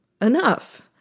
enough